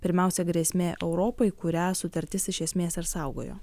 pirmiausia grėsmė europai kurią sutartis iš esmės ir saugojo